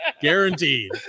Guaranteed